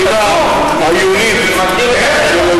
משרד הבריאות יקבע,